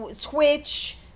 Twitch